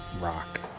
rock